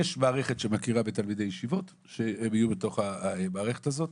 יש מערכת שמכירה בתלמידי ישיבות שיהיו במערכת הזאת.